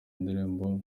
ndirimbo